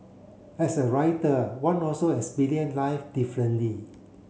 as a writer one also life differently